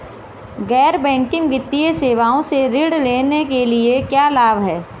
गैर बैंकिंग वित्तीय सेवाओं से ऋण लेने के क्या लाभ हैं?